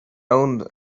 own